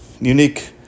unique